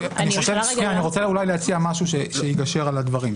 אני רוצה להציע משהו שאולי יגשר על הדברים.